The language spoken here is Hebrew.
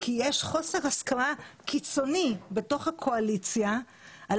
כי יש חוסר הסכמה קיצוני בתוך הקואליציה על